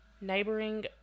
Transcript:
neighboring